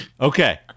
okay